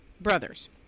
brothers